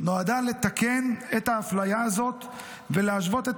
נועדה לתקן את ההפליה הזאת ולהשוות את